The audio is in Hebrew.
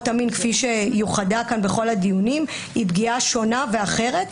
המין כפי שייחודה כאן בכל הדיונים היא שונה ואחרת.